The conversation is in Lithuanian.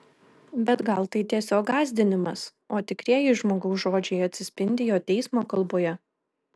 bet gal tai tiesiog gąsdinimas o tikrieji žmogaus žodžiai atsispindi jo teismo kalboje